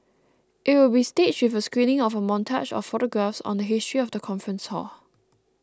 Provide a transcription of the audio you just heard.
it will be staged with a screening of a montage of photographs on the history of the conference hall